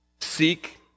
seek